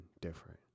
different